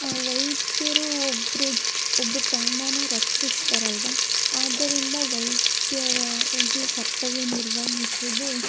ವೈದ್ಯರು ಒಬ್ರ ಒಬ್ರ ಪ್ರಾಣಾನ ರಕ್ಷಿಸ್ತಾರಲ್ವಾ ಆದ್ದರಿಂದ ವೈದ್ಯರಾಗಿ ಕರ್ತವ್ಯ ನಿರ್ವಹಿಸೋದು